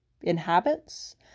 inhabits